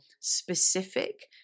specific